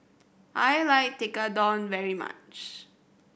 I like Tekkadon very much